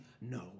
No